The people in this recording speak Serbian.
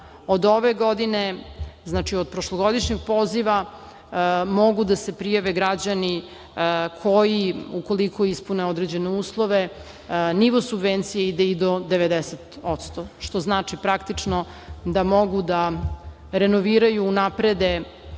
od ove godine, znači, od prošlogodišnjeg poziva mogu da se prijave građani koji ukoliko ispune određene uslove nivo subvencija ide i do 90%, što znači da mogu da renoviraju, unaprede